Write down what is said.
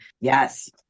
Yes